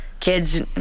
kids